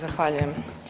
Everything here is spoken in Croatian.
Zahvaljujem.